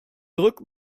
drück